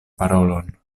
parolon